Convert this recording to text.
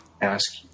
ask